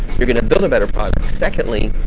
you're gonna build a better product. secondly,